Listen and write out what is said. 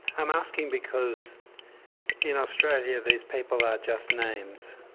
i'm asking because in australia these people are just names,